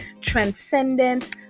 transcendence